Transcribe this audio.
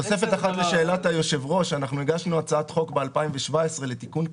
תוספת אחת לשאלת היושב-ראש אנחנו הגשנו הצעת חוק ב-2017 לתיקון קטן,